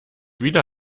wieder